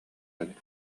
эбит